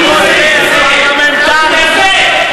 אתם לא מוכנים, האם, זה דבר אלמנטרי?